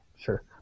Sure